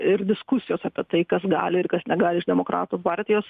ir diskusijos apie tai kas gali ir kas negali iš demokratų partijos